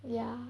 ya